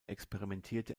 experimentierte